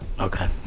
Okay